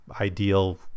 ideal